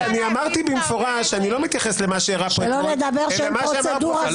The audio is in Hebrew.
אבל אמרתי שאני לא מתייחס למה שאירע פה אתמול אלא למה שאמר